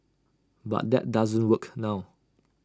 but that doesn't work now